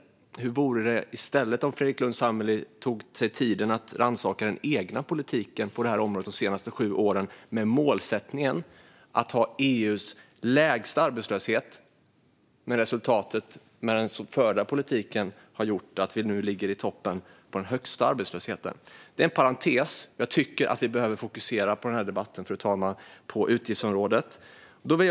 Hur vore det i stället om Fredrik Lundh Sammeli tog sig tid att rannsaka den egna politiken på det här området de senaste sju åren? Målsättningen var att ha EU:s lägsta arbetslöshet. Resultatet av den förda politiken är att vi nu ligger i toppen och har den högsta arbetslösheten. Det är en parentes - jag tycker att vi behöver fokusera debatten på utgiftsområdet, fru talman.